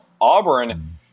Auburn